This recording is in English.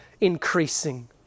increasing